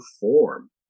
form